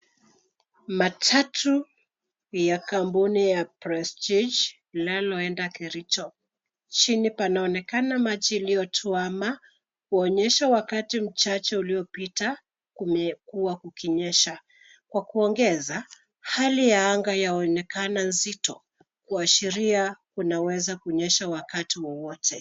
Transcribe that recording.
Matatu ya kampuni ya Prestige linaloenda Kericho. Chini panaonekana maji iliyotuwama kuonyesha wakati mchache uliopita kumekuwa kukinyesha. Kwa kuongeza hali ya anga yaonekana nzito kuashiria kunaweza kunyesha wakati wowote.